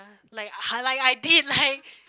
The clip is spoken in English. lah !huh! like I did like